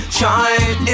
shine